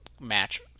match